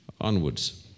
onwards